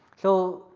so,